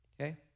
Okay